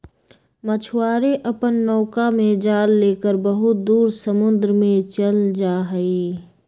मछुआरे अपन नौका में जाल लेकर बहुत दूर समुद्र में चल जाहई